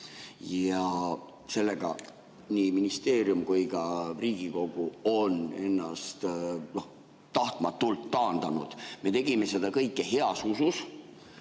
Sellega on nii ministeerium kui ka Riigikogu ennast tahtmatult taandanud. Me tegime seda kõike heas usus.